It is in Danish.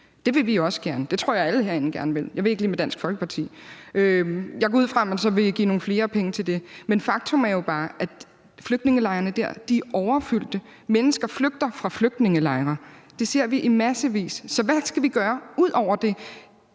Det vil vi også gerne. Det tror jeg alle herinde gerne vil; jeg ved ikke lige med Dansk Folkeparti. Jeg går ud fra, at man så vil give flere penge til det, men faktum er jo bare, at flygtningelejrene dér er overfyldte. Mennesker flygter fra flygtningelejre. Det ser vi i massevis, så hvad skal vi gøre ud over det?